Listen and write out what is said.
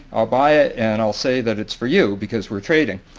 i'll buy it and i'll say that it's for you because we're trading.